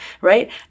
right